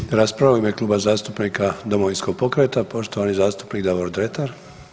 Slijedi rasprava u ime Kluba zastupnika Domovinskog pokreta, poštovani zastupnik Davor Dretar.